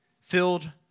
Filled